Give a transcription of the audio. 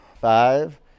Five